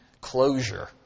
closure